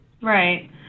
Right